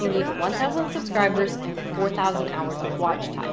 you need one thousand subscribers and four thousand hours of watch time